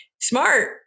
smart